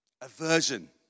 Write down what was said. aversion